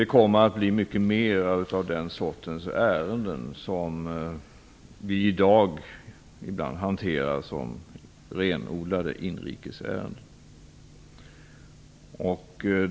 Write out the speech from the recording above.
Det kommer att bli mycket mer av den sortens ärenden, som vi i dag ibland hanterar som renodlade inrikesärenden.